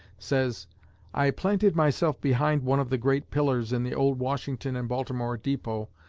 says i planted myself behind one of the great pillars in the old washington and baltimore depot,